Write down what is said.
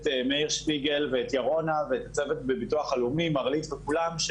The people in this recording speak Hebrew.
את מאיר שפיגלר ואת ירונה ואת הצוות בביטוח הלאומי כולם,